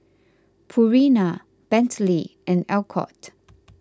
Purina Bentley and Alcott